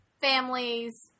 families